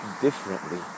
differently